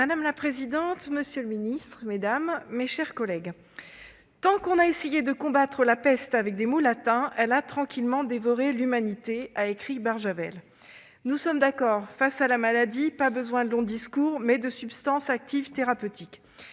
Madame la présidente, monsieur le secrétaire d'État, mes chers collègues, « tant qu'on a essayé de combattre la peste avec des mots latins, elle a tranquillement dévoré l'humanité » a écrit Barjavel. Nous sommes d'accord, face à la maladie, nul besoin de longs discours. Il faut des substances actives thérapeutiques.